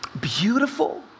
beautiful